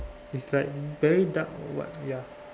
it's like very dark what ya